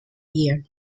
year